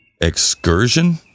excursion